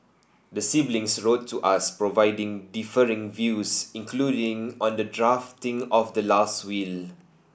the siblings wrote to us providing differing views including on the drafting of the last will